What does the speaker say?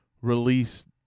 release